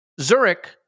Zurich